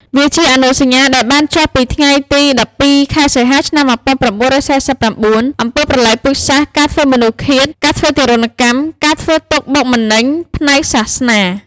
វាជាអនុសញ្ញាដែលបានចុះថ្ងៃទី១២ ខែសីហា ឆ្នាំ១៩៤៩ អំពើប្រល័យពូជសាសន៍ ការធ្វើមនុស្សឃាត ការធ្វើទារុណកម្ម ការធ្វើទុក្ខបុក ម្នេញផ្នែកសាសនា។